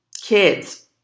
kids